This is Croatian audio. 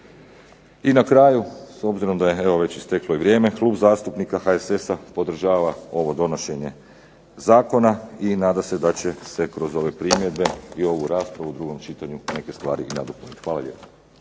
I na kraju, s obzirom da je evo već isteklo i vrijeme, Klub zastupnika HSS-a podržava ovo donošenje zakona, i nada se da će se kroz ove primjedbe i ovu raspravu u drugom čitanju neke stvari i nadopuniti. Hvala lijepa.